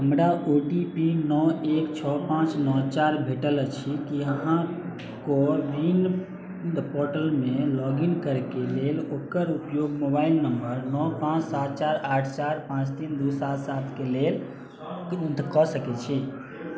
हमरा O T P नओ एक छओ पांँच नओ चारि भेटल अछि की अहाँ को विन पोर्टलमे लॉगिन करैक लेल ओकर उपयोग मोबाइल नंबर नओ पांँच सात चारि आठ चार पांँच तीन दू सात सात के लेल कऽ सकैत छी